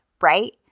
right